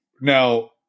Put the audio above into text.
Now